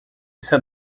essa